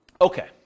Okay